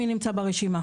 מי נמצא ברשימה.